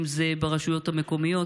אם זה ברשויות המקומיות,